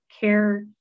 care